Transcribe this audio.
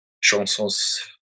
chansons